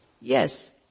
yes